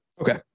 Okay